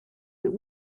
that